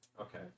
Okay